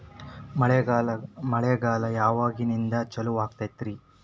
ಮಳೆಗಾಲ ಯಾವಾಗಿನಿಂದ ಚಾಲುವಾಗತೈತರಿ?